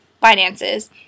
finances